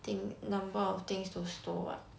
thing~ number of things to stow what